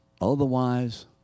Otherwise